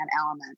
element